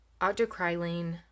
octocrylene